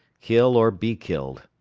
kill or be killed,